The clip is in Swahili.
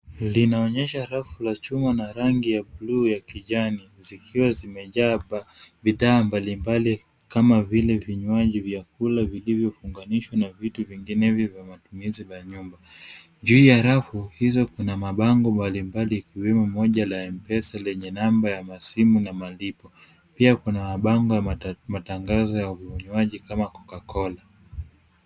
Linaonyesha rafu la chuo na rangi ya bluu ya kijani, zikiwa zimejaza bidhaa mbalimbali, kama vile vinywaji vyakula vilivyo unganishwa na vitu vinginevyo kwa matumizi vya nyumba. Juu ya rafu, hizo kuna mabango mbalimbali kuwemo moja la Mpesa lenye namba ya masimu na malipo, pia, kuna mabango ya matangazo ya unywaji kama Coca-Cola.